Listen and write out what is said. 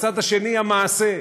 ובצד השני המעשה,